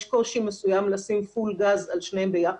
קושי מסוים לשים פול גז על שניהם ביחד.